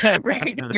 right